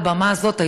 על במה זאת,